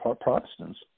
Protestants